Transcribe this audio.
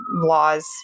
laws